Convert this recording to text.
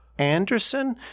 Anderson